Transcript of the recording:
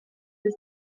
des